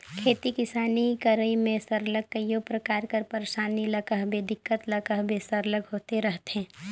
खेती किसानी करई में सरलग कइयो परकार कर पइरसानी ल कहबे दिक्कत ल कहबे सरलग होते रहथे